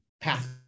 path